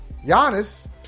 Giannis